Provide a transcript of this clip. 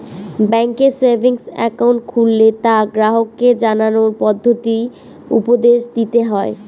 ব্যাঙ্কে savings account খুললে তা গ্রাহককে জানানোর পদ্ধতি উপদেশ দিতে হয়